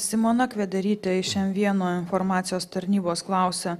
simona kvederytė iš m vieno informacijos tarnybos klausia